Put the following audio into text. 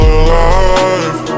alive